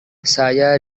saya